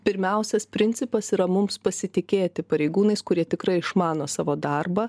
pirmiausias principas yra mums pasitikėti pareigūnais kurie tikrai išmano savo darbą